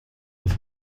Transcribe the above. with